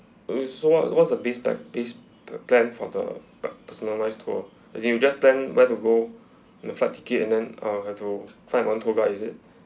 I mean so what what's the base time base p~ plan for the personalised tour is it you just plan where to go the flight ticket and then err have to plan on tour guide is it